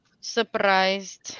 surprised